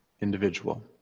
individual